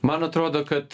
man atrodo kad